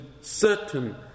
certain